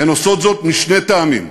הן עושות זאת משני טעמים: